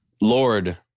Lord